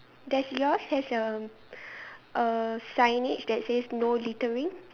does yours has a a signage that says no littering